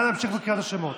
נא להמשיך בקריאת השמות.